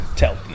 tell